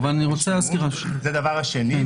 זה הדבר השני.